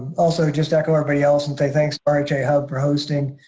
also, just to echo everybody else and say thanks but and yeah rhihub for hosting.